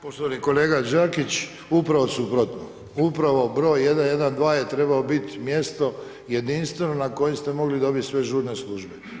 Poštovani kolega Đakić, upravo suprotno, upravo broj 112 je trebao bit mjesto jedinstveno na koji ste mogli dobiti sve žurne službe.